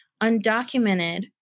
Undocumented